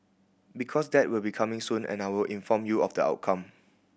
because that will be coming soon and I will inform you of the outcome